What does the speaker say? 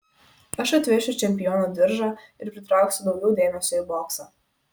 aš atvešiu čempiono diržą ir pritrauksiu daugiau dėmesio į boksą